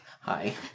Hi